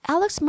Alex